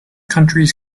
countries